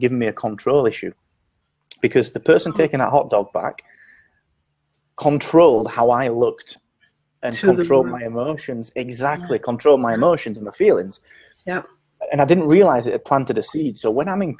give me a control issue because the person taking a hot dog back control how i looked and for the role my emotions exactly control my emotions in the feelings now and i didn't realize it planted a seed so when i'm in